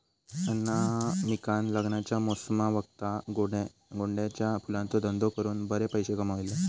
अनामिकान लग्नाच्या मोसमावक्ता गोंड्याच्या फुलांचो धंदो करून बरे पैशे कमयल्यान